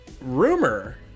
rumor